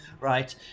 right